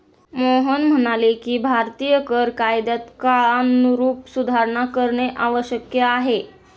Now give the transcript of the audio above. मोहन म्हणाले की भारतीय कर कायद्यात काळानुरूप सुधारणा करणे आवश्यक आहे